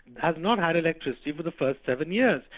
has not had electricity for the first seven years,